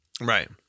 Right